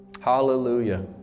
Hallelujah